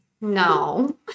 no